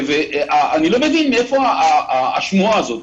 אני לא מבין מאיפה השמועה הזאת.